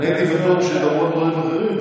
נו, אבל זו הייתה ההצעה לסדר-היום.